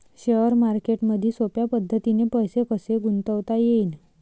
Share मार्केटमधी सोप्या पद्धतीने पैसे कसे गुंतवता येईन?